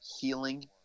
healing